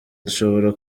dushobora